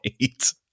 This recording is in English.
right